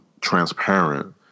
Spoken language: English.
transparent